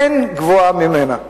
אין גבוהה ממנה.